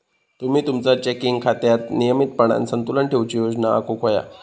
तुम्ही तुमचा चेकिंग खात्यात नियमितपणान संतुलन ठेवूची योजना आखुक व्हया